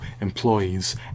employees